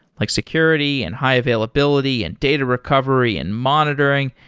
like security, and high-availabil ity, and data recovery, and monitor ing,